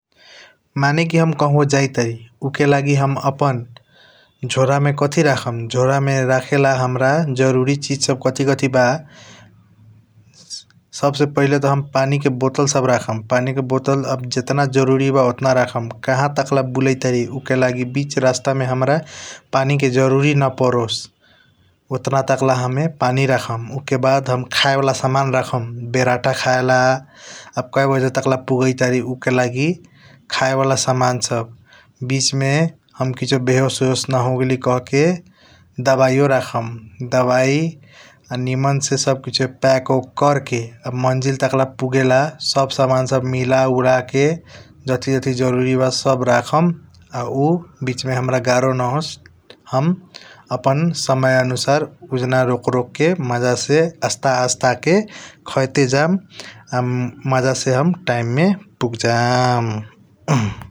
माने की हम कहबों जाईत बारी उके लागि हम अपन झोर मे कथी रखम झोर मे रखला । हाम्रा जरूरी जरूरी चीज सब कथी कथी बा सब से पहिले त हम पनि के बोतल सब रखम । पनि के बोतल जटना जरूरी बा ओटना रखम कहा टाकला बुलाइट बारी उके अब्द बीच रास्ता मे । हाम्रा पनि के जरूरी न परो ओटना टाकला हम पनि रखम उके बाद हम खाया वाला समान सब रखम । बेरथ खायाला आब के बजे ला पुगाइट बारी उके लागि खाया वाला समान सब बीच मे हम किसीओ बेहोसस न । होगेली कहके दबाइयों रखम दबाई आ निमन से सब किसीओ पैक ऑकक कर के आ मंजिल तकला पुगेला सब सामन सब मिला उला के । जातही जातही जरूरी ब सब सामन सब रखम आ उ बीच मे हाम्रा गारो नहोसस हम अपना समय आनुसार उजान रोक रोक के मज़ा से आस्था आस्था के । खेते जाम मज़ा से हम टाइम मे पग जाम ।